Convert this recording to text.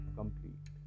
complete